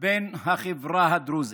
בן החברה הדרוזית,